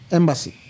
embassy